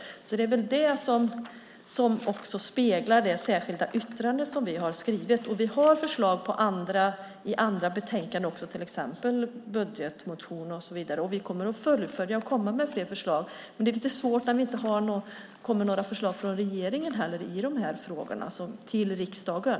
Det är också det som speglas i det särskilda yttrande som vi har skrivit. Vi har förslag också i andra betänkanden och i till exempel budgetmotioner och så vidare. Vi kommer att fullfölja det och komma med mer förslag. Men det är lite svårt när det inte kommer några förslag från regeringen i de här frågorna till riksdagen.